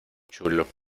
chulo